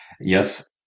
Yes